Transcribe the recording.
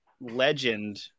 legend